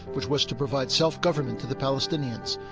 which was to provide self government to the palestinians.